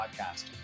podcast